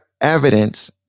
evidence